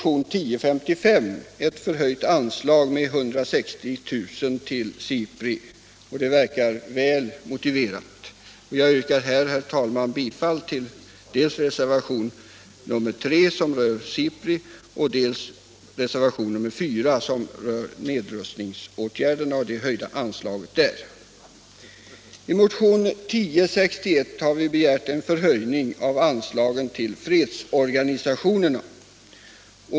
I motionen 1061 har vi begärt förhöjning av anslaget till fredsorganisationerna.